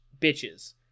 bitches